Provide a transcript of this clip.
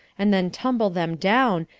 and then tumble them down,